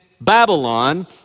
Babylon